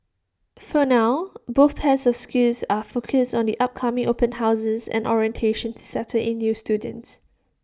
for now both pairs of schools are focused on the upcoming open houses and orientation to settle in new students